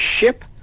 ship